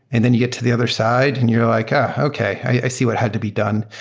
and then you get to the other side and you're like, ah! okay, i see what had to be done.